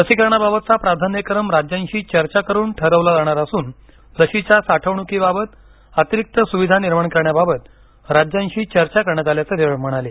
लसीकरणाबाबतचा प्रधान्यक्रम राज्यांशी चर्चा करून ठरवला जाणार असून लशीच्या साठवणुकीबाबत अतिरिक्त सुविधा निर्माण करण्याबाबत राज्यांशी चर्चा करण्यात आल्याचं ते म्हणाले